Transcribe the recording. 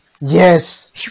Yes